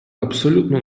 абсолютно